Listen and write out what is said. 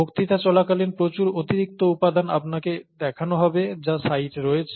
বক্তৃতা চলাকালীন প্রচুর অতিরিক্ত উপাদান আপনাকে দেখানো হবে যা সাইটে রয়েছে